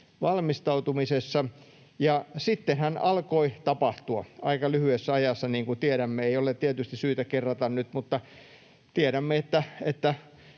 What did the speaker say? valmistautumisessa, ja sittenhän alkoi tapahtua aika lyhyessä ajassa, niin kuin tiedämme. Ei ole tietysti syytä kerrata nyt, mutta tiedämme, että